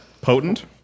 Potent